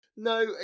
No